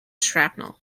shrapnel